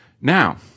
Now